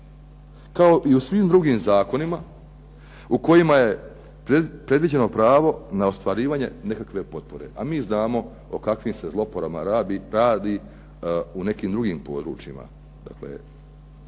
Kao i u svim drugim zakonima u kojima je predviđeno pravo na ostvarivanje nekakve potpore, a mi znamo o kakvim se zlouporabama radi u nekim drugim područjima.